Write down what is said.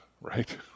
right